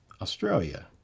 Australia